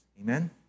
Amen